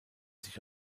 sich